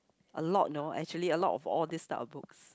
a lot know actually a lot of this type of book